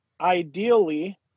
Ideally